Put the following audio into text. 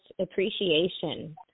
appreciation